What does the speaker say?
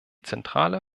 zentrale